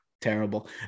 terrible